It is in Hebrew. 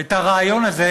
את הרעיון הזה,